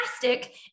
fantastic